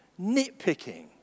nitpicking